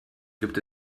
gibt